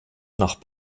nach